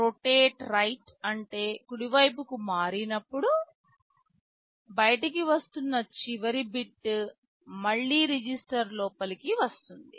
rotate రైట్డ అంటే కుడివైపుకి మారినప్పుడు బయటికి వస్తున్న చివరి బిట్ మళ్ళీ రిజిస్టర్ లోపలికి వస్తుంది